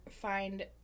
find